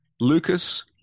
Lucas